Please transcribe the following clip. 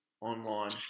online